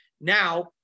Now